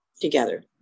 together